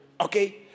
Okay